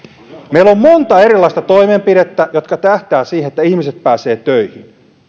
meillä on monta erilaista toimenpidettä jotka tähtäävät siihen että ihmiset pääsevät töihin